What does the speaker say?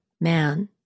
man